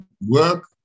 work